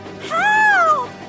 Help